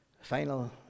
final